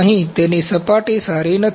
અહીં તેની સપાટી સારી નથી